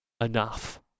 Enough